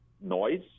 noise